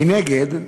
מנגד,